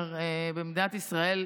הכושר במדינת ישראל,